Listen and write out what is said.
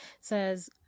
says